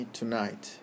tonight